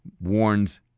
warns